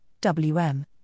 WM